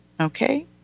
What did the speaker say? Okay